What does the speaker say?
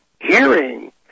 hearing